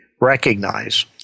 recognize